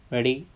Ready